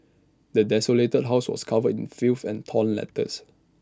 the desolated house was covered in filth and torn letters